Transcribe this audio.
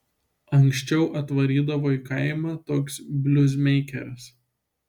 anksčiau atvarydavo į kaimą toks bliuzmeikeris